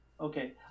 okay